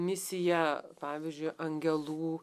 misija pavyzdžiu angelų